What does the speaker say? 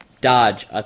dodge